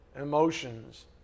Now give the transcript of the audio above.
emotions